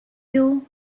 you